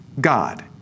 God